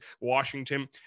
Washington